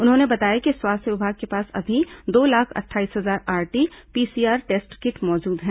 उन्होंने बताया कि स्वास्थ्य विभाग के पास अभी दो लाख अट्ठाईस हजार आरटी पीसीआर टेस्ट किट मौजूद है